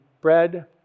bread